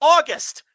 August